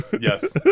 Yes